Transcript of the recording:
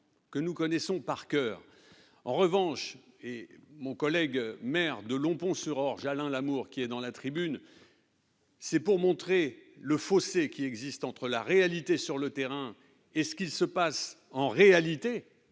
que nous connaissons par coeur, en revanche, et mon collègue maire de longs ponts sur Orge Alain l'amour qui est dans la tribune. C'est pour montrer le fossé qui existe entre la réalité sur le terrain et ce qui se passe en réalité,